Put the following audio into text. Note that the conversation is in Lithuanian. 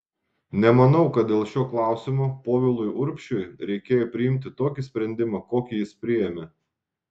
nemanau kad dėl šio klausimo povilui urbšiui reikėjo priimti tokį sprendimą kokį jis priėmė